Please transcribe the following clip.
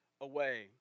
away